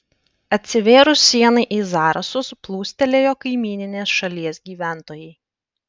atsivėrus sienai į zarasus plūstelėjo kaimyninės šalies gyventojai